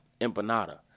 empanada